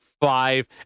five